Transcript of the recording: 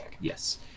yes